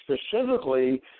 specifically